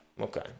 okay